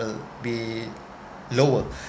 will be lower